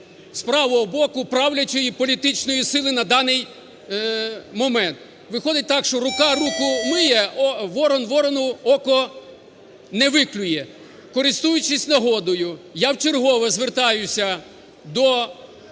правого боку правлячої політичної сили на даний момент. Виходить так, що рука руку миє, ворон ворону око не виклює. Користуючись нагодою, я вчергове звертаюся до